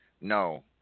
No